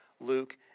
Luke